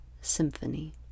symphony